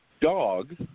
dog